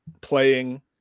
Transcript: playing